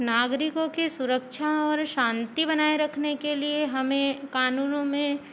नागरिकों की सुरक्षा और शांति बनाए रखने के लिए हमें कानूनों में